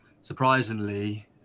surprisingly